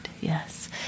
Yes